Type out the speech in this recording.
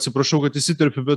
atsiprašau kad įsiterpiu bet